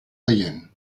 veient